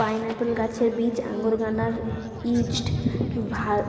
pineapple গাছের বীজ unorganised